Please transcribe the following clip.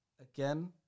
again